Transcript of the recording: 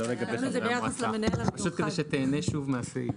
אפשר לכתוב חורג.